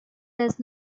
does